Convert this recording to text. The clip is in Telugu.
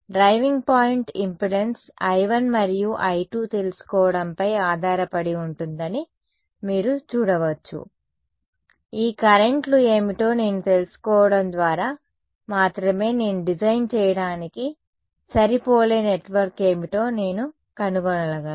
డ్రైవింగ్ పాయింట్ ఇంపెడెన్స్ I1 మరియు I2 తెలుసుకోవడంపై ఆధారపడి ఉంటుందని మీరు చూడవచ్చు ఈ కరెంట్ లు ఏమిటో నేను తెలుసుకోవడం తర్వాత మాత్రమే నేను డిజైన్ చేయడానికి సరిపోలే నెట్వర్క్ ఏమిటో నేను కనుగొనగలను